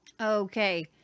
Okay